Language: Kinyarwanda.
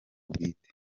bwite